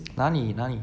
哪里哪里